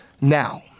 now